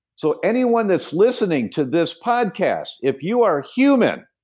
so anyone that's listening to this podcast, if you are a human,